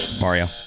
Mario